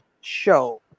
show